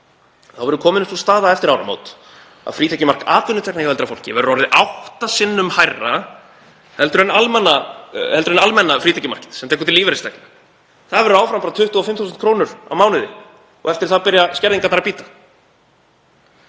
verður komin upp sú staða eftir áramót að frítekjumark atvinnutekna hjá eldra fólki verður orðið átta sinnum hærra en almenna frítekjumarkið sem tekur til lífeyristekna. Það verður áfram bara 25.000 kr. á mánuði og eftir það byrja skerðingarnar að bíta.